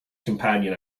companion